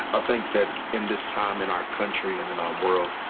i think that in this time in our country and in our world,